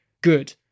good